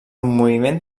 moviment